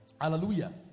Hallelujah